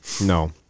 No